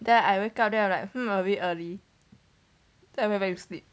then I wake up then I'm like hmm a bit early then I went back to sleep